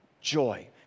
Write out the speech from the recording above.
joy